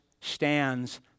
stands